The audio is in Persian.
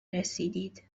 رسیدید